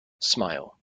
smile